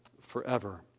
forever